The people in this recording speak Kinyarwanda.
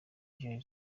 niger